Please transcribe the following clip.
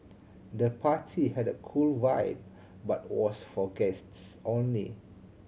the party had a cool vibe but was for guests only